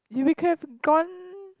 if we could have gone